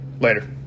later